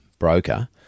broker